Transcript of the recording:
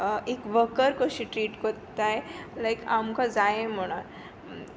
एक वकर कशी ट्रीट कोत्ताय लायक आमकां जाये म्हणोन